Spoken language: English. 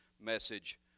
message